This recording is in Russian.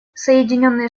соединенные